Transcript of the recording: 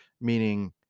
meaning